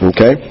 Okay